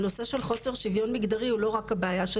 הנושא של חוסר שוויון מגדרי הוא לא רק הבעיה של